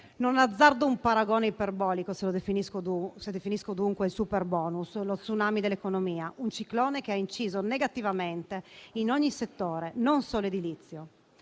Non azzardo un paragone iperbolico se definisco dunque il superbonus lo *tsunami* dell'economia, un ciclone che ha inciso negativamente in ogni settore, non solo edilizio;